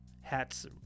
hats